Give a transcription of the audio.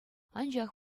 анчах